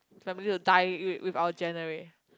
his family will die with with our generate